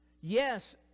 Yes